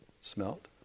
smelt